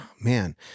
man